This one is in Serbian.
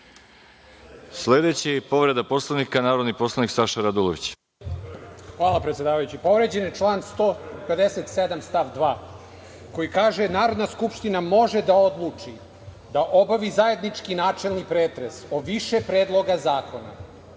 se. Sledeći, povreda Poslovnika, narodni poslanik Saša Radulović. **Saša Radulović** Hvala. Povređen je član 157. stav 2, koji kaže – Narodna skupština može da odluči da obavi zajednički načelni pretres o više predloga zakona